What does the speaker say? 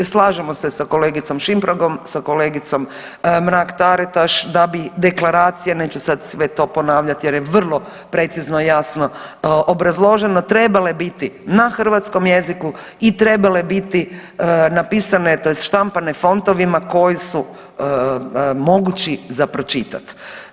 Slažemo se sa kolegicom Šimpragom, sa kolegicom Mrak-Taritaš da bi deklaracija neću sad sve to ponavljati jer je vrlo precizno, jasno obrazloženo trebale biti na hrvatskom jeziku i trebale biti napisane, tj. štampane fontovima koji su mogući za pročitati.